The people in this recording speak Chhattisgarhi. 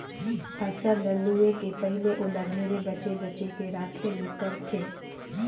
फसल ल लूए के पहिले ओला ढेरे बचे बचे के राखे ले परथे